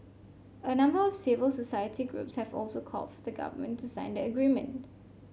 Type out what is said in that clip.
a number of civil society groups have also called for the Government to sign the agreement